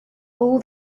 all